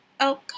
Okay